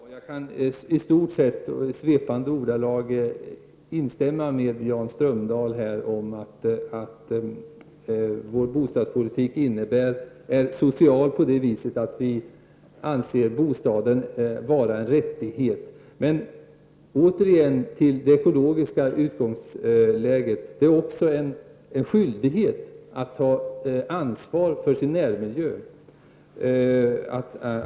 Herr talman! Jag kan i stort sett och i svepande ordalag instämma med Jan Strömdahl och säga att vår bostadspolitik är social på det viset att vi anser bostaden vara en rättighet. Men återigen till det ekologiska utgångsläget: Det är också en skyldighet att ta ansvar för sin närmiljö.